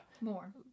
More